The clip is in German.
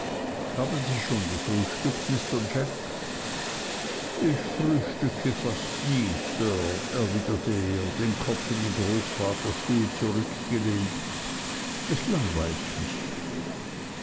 haben sie schon gefrühstückt mr jack ich frühstücke fast nie sir erwiderte er den kopf in den großvaterstuhl zurückgelehnt es langweilt mich